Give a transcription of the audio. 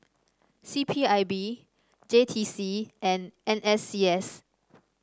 C P I B J T C and N S C S